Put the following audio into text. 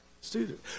student